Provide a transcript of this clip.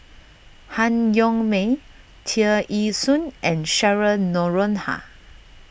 Han Yong May Tear Ee Soon and Cheryl Noronha